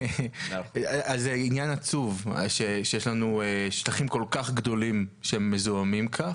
זה עניין עצוב שיש לנו שטחים כל כך גדולים שהם מזוהמים כך.